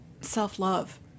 self-love